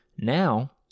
Now